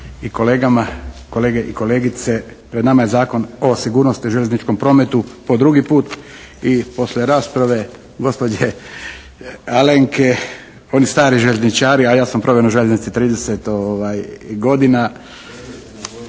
i kolegama, kolege i kolegice. Pred nama je Zakon o sigurnosti u željezničkom prometu po drugi put i poslije rasprave gospođe Alenke, oni stari željezničari, a ja sam proveo na željeznici 30 godina,